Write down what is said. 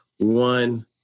one